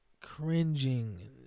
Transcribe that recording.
cringing